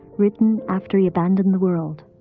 written after he abandoned the world.